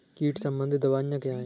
कीट संबंधित दवाएँ क्या हैं?